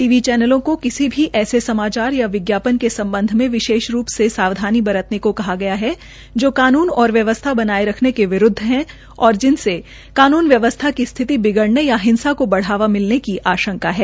T V चैनलों को किसी भी ऐसे समाचार या विज्ञा न के सम्बध में विशेष रू से सावधानी बरतने को कहा गया है जो कानून और व्यवस्था बनाये रखने के विरूद्व है और जिनसे कानून व्यवस्था बिगड़ने या हिंसा को बढ़ावा मिलने की आशंका हो